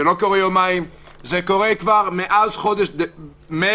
זה לא קורה יומיים, זה קורה כבר מאז חודש מרץ,